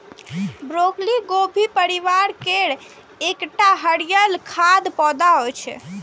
broccoli गोभी परिवार केर एकटा हरियर खाद्य पौधा होइ छै